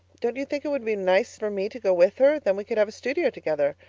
don't you think it would be nice for me to go with her, then we could have a studio together?